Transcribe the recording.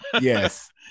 Yes